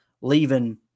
leaving –